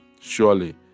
surely